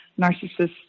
narcissist